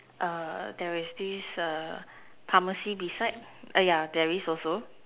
err there is this err pharmacy beside err yeah there is also